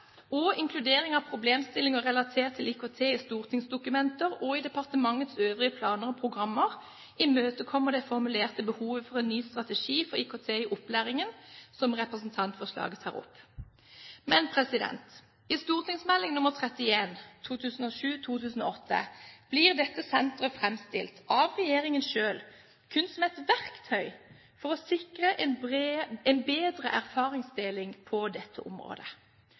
og inkludering av problemstillinger relatert til IKT i stortingsdokumenter og i departementets øvrige planer og programmer imøtekommer det formulerte behovet for en ny strategi for IKT i opplæringen som representantforslaget tar opp. Men i St.meld. nr. 31 blir dette senteret framstilt – av regjeringen selv – kun som et verktøy for å sikre en bedre erfaringsdeling på dette området.